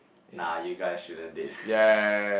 nah you guys shouldn't date